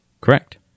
correct